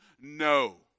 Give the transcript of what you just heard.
no